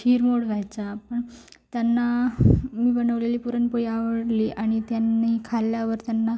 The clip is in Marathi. हिरमोड व्हायचा त्यांना मी बनवलेली पुरणपोळी आवडली आणि त्यांनी खाल्ल्यावर त्यांना